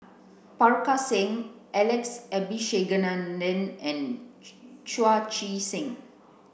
Parga Singh Alex Abisheganaden and Chu Chee Seng